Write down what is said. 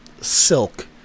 silk